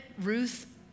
Ruth